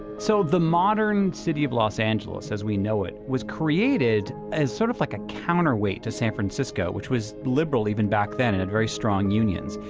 so, the modern city of los angeles as we know it, was created as sort of like a counterweight to san francisco which was liberal even back then, had very strong unions.